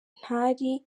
ntari